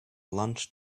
lunch